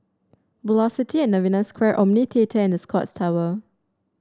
Velocity At Novena Square Omni Theatre and The Scotts Tower